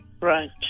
Right